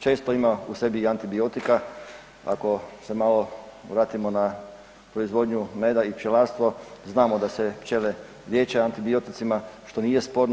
Često ima u sebi i antibiotika ako se malo vratimo na proizvodnju meda i pčelarstvo znamo da se pčele liječe antibioticima što nije sporno.